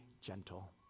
gentle